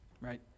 Right